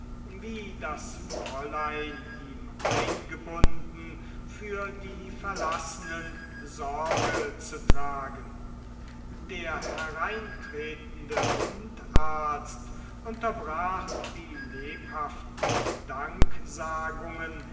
wie das fräulein ihm eingebunden für die verlassenen sorge zu tragen der hereintretende wundarzt unterbrach die lebhaften